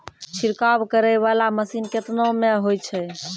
छिड़काव करै वाला मसीन केतना मे होय छै?